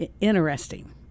Interesting